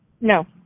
No